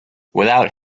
without